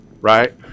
right